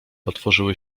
otworzyły